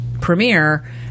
premiere